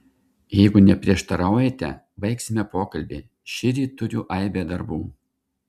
jeigu neprieštaraujate baigsime pokalbį šįryt turiu aibę darbų